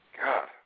God